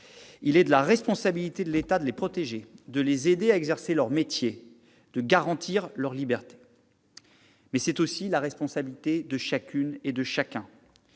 Il est de la responsabilité de l'État de les protéger, de les aider à exercer leur métier, de garantir leur liberté, mais c'est aussi la responsabilité de chacune et de chacun